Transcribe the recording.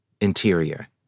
Interior